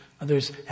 Others